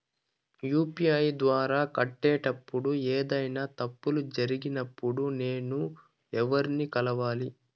UPI ద్వారా కట్టేటప్పుడు ఏదైనా తప్పులు జరిగినప్పుడు నేను ఎవర్ని కలవాలి?